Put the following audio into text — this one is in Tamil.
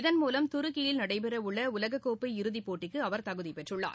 இதன்மூலம் துருக்கியில் நடைபெறஉள்ளஉலகக் கோப்பை இறதிப் போட்டிக்குஅவர் தகுதிப் பெற்றுள்ளார்